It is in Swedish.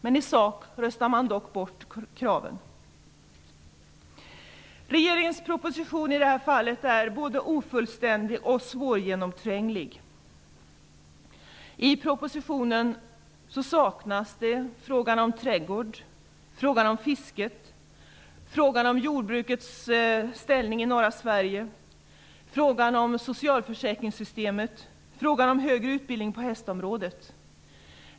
Men i sak röstar man bort kraven. Regeringens proposition är i detta fall både ofullständig och svårgenomtränglig. I propositionen saknas frågan om trädgård, fisket, jordbrukets ställning i norra Sverige, socialförsäkringssystemet och högre utbildning på hästområdet.